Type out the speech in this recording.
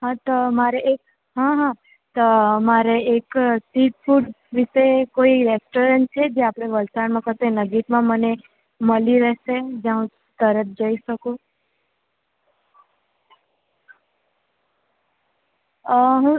હ તો મારે એક હ હ મારે એક સ્ટ્રીટ ફૂડ વિશે કોઈ રેસ્ટોરન્ટ છે જે આપણે વલસાડમાં ફરતે નજીકમાં મને મળી રહેશે જ્યાં હું તરત જઈ શકું અ હું